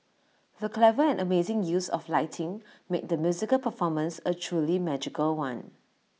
the clever and amazing use of lighting made the musical performance A truly magical one